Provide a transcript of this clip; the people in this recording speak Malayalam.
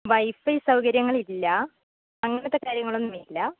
വൈഫൈ സൗകര്യങ്ങൾ ഇല്ല അങ്ങനെത്തെ കാര്യങ്ങളൊന്നും ഇല്ല